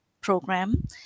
program